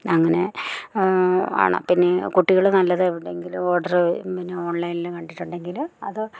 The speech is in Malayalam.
അങ്ങനെ ആണ് പിന്നെ കുട്ടികള് നല്ലത് എവിടുന്നെങ്കിലും ഓർഡർ പിന്നെ ഓൺലൈനില് കണ്ടിട്ടുണ്ടെങ്കില് അത്